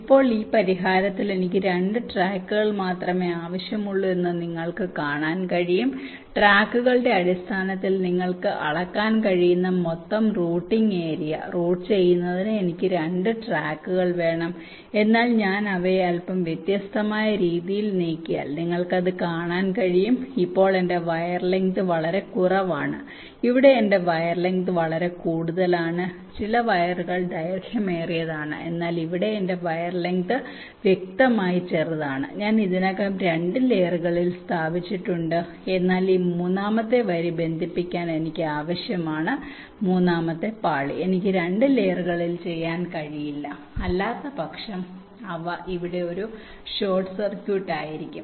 ഇപ്പോൾ ഈ പരിഹാരത്തിൽ എനിക്ക് 2 ട്രാക്കുകൾ മാത്രമേ ആവശ്യമുള്ളൂ എന്ന് നിങ്ങൾക്ക് കാണാൻ കഴിയും ട്രാക്കുകളുടെ അടിസ്ഥാനത്തിൽ നിങ്ങൾക്ക് അളക്കാൻ കഴിയുന്ന മൊത്തം റൂട്ടിംഗ് ഏരിയ റൂട്ട് ചെയ്യുന്നതിന് എനിക്ക് 2 ട്രാക്കുകൾ വേണം എന്നാൽ ഞാൻ അവയെ അല്പം വ്യത്യസ്തമായ രീതിയിൽ നീക്കിയാൽ നിങ്ങൾക്ക് അത് കാണാൻ കഴിയും ഇപ്പോൾ എന്റെ വയർ ലെങ്ത് വളരെ കുറവാണ് ഇവിടെ എന്റെ വയർ ലെങ്ത് വളരെ കൂടുതലാണ് ചില വയറുകൾ ദൈർഘ്യമേറിയതാണ് എന്നാൽ ഇവിടെ എന്റെ വയർ ലെങ്ത് വ്യക്തമായി ചെറുതാണ് പക്ഷേ ഞാൻ ഇത് ഇതിനകം 2 ലെയറുകളിൽ സ്ഥാപിച്ചിട്ടുണ്ട് എന്നാൽ ഈ മൂന്നാമത്തെ വരി ബന്ധിപ്പിക്കാൻ എനിക്ക് ആവശ്യമാണ് മൂന്നാമത്തെ പാളി എനിക്ക് 2 ലെയറുകളിൽ ചെയ്യാൻ കഴിയില്ല അല്ലാത്തപക്ഷം അവ ഇവിടെ ഒരു ഷോർട്ട് സർക്യൂട്ട് ആയിരിക്കും